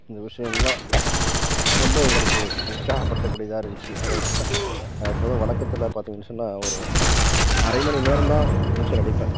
இந்த விஷயம்லாம் ரொம்ப எங்களுக்கு உற்சாகப்படுத்தக்கூடியதாக இருந்திச்சு அதை வச்சித்தான் நான் எப்போதும் வழக்கத்தில் பார்த்தீங்கன்னு சொன்னால் ஒரு ஹா அரை மணி நேரந்தான் நீச்சல் அடிப்பேன்